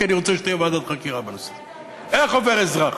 כי אני רוצה שתהיה ועדת חקירה בנושא: איך עובר אזרח,